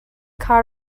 kha